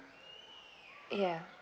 ya